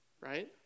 right